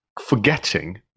Forgetting